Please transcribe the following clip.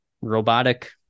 robotic